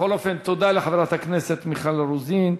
בכל אופן, תודה לחברת הכנסת מיכל רוזין.